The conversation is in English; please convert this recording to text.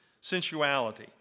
sensuality